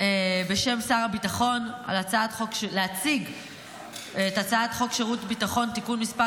בשם שר הביטחון את הצעת חוק שירות ביטחון (תיקון מס'